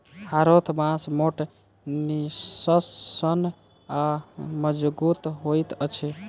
हरोथ बाँस मोट, निस्सन आ मजगुत होइत अछि